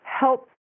help